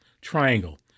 triangle